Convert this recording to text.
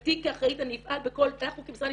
ומבחינתי כאחראית אני אפעל, אנחנו כמשרד נפעל,